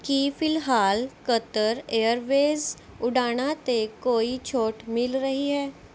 ਕੀ ਫਿਲਹਾਲ Qatar Airways ਉਡਾਣਾਂ 'ਤੇ ਕੋਈ ਛੋਟ ਮਿਲ ਰਹੀ ਹੈ